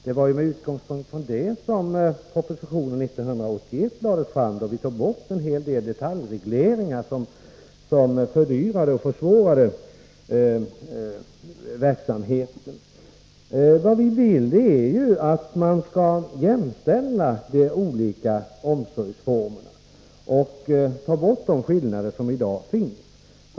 Det var med utgångspunkt från det som propositionen 1981 lades fram, när vi tog bort en del detaljregleringar som fördyrade och försvårade verksamheten. Vi vill att man skall jämställa de olika omsorgsformerna och ta bort de skillnader som i dag finns.